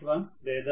1 లేదా 0